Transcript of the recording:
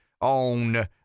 on